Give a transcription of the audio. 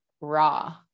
raw